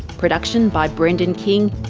production by brendan king,